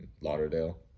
Lauderdale